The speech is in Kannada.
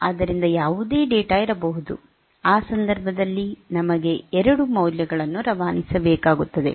ಆದ್ದರಿಂದ ಯಾವುದೇ ಡೇಟಾ ಇರಬಹುಧು ಆ ಸಂದರ್ಭದಲ್ಲಿ ನಮಗೆ 2 ಮೌಲ್ಯಗಳನ್ನು ರವಾನಿಸಬೇಕಾಗುತ್ತದೆ